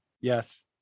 Yes